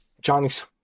johnny's